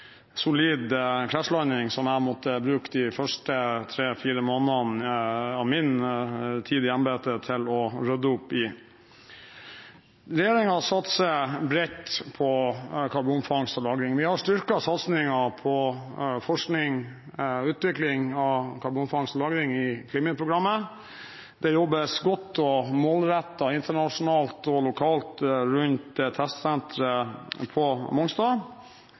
solid krasjlanding, som jeg måtte bruke de første tre–fire månedene av min tid i embetet til å rydde opp i. Regjeringen satser bredt på karbonfangst og -lagring. Vi har styrket satsingen på forskning og utvikling innen karbonfangst og -lagring i klimaprogrammet. Det jobbes godt og målrettet internasjonalt og lokalt ved testsenteret på Mongstad.